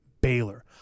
Baylor